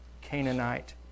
Canaanite